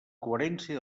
coherència